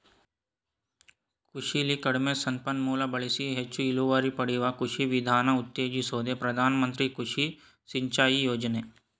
ಕೃಷಿಲಿ ಕಡಿಮೆ ಸಂಪನ್ಮೂಲ ಬಳಸಿ ಹೆಚ್ ಇಳುವರಿ ಪಡೆಯುವ ಕೃಷಿ ವಿಧಾನ ಉತ್ತೇಜಿಸೋದೆ ಪ್ರಧಾನ ಮಂತ್ರಿ ಕೃಷಿ ಸಿಂಚಾಯಿ ಯೋಜನೆ